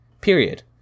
Period